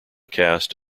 cast